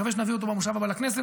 נקוה שנביא אותו במושב הבא של הכנסת,